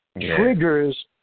triggers